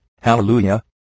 Hallelujah